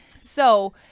So-